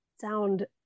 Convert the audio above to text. sound